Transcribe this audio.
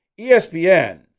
ESPN